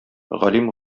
галим